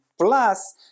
Plus